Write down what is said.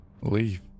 leave